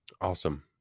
Awesome